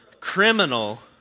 criminal